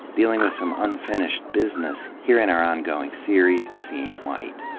dealing with some unfinished business here in our ongoing series, seeing white.